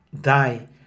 die